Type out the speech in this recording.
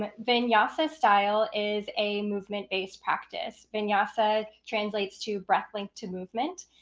but vinyasa style is a movement-based practice. vinyasa translates to breath linked to movement,